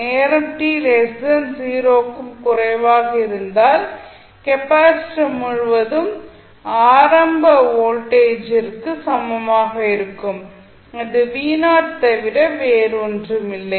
நேரம் t 0 க்கும் குறைவாக இருந்தால் கெப்பாசிட்டர் முழுவதும் ஆரம்ப வோல்ட்டேஜிற்கு சமமாக இருக்கும் அது தவிர வேறு ஒன்றுமில்லை